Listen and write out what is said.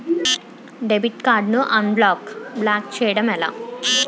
Debit card ను unblock block చేయటం ఎలా?